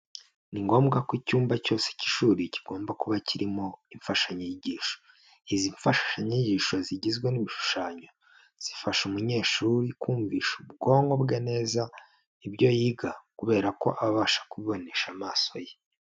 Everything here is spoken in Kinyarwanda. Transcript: Ni ngombwa ko icyumba cyose cy'ishuri kigomba kuba kirimo imfashanyigisho. Izi mfashanyigisho zigizwe n'ibishushanyo zifasha umunyeshuri kumvisha ubwonko bwe neza ibyo yiga kubera ko aba abasha kubibonesha amaso ye.